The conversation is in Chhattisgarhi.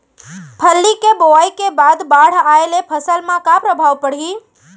फल्ली के बोआई के बाद बाढ़ आये ले फसल मा का प्रभाव पड़ही?